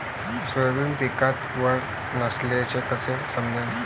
Soybean पिकात वल नसल्याचं कस समजन?